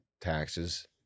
taxes